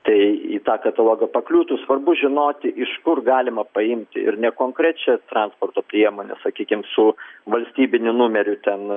tai į tą katalogą pakliūtų svarbu žinoti iš kur galima paimti ir ne konkrečią transporto priemonę sakykim su valstybiniu numeriu ten